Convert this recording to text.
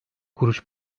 kuruş